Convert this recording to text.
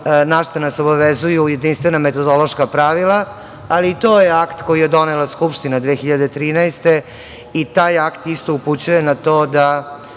na šta nas obavezuju jedinstvena metodološka pravila, ali i to je akt koji je donela Skupština 2013. godine i taj akt isto upućuje na to da